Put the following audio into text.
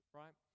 right